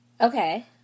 Okay